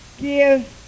Give